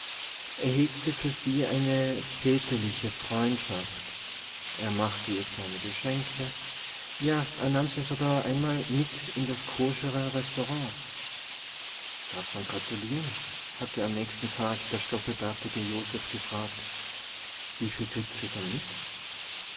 hegte für sie eine väterliche freundschaft er machte ihr kleine geschenke ja er nahm sie sogar einmal mit in das koschere restaurant derf merr gratuliere hatte am nächsten tag der stoppelbärtige joseph gefragt wieviel krieht se dann mit